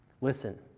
Listen